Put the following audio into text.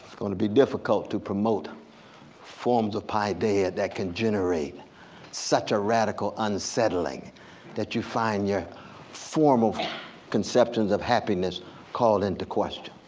going to be difficult to promote forms of paideia that can generate such a radical unsettling that you find your form of conceptions of happiness called into question.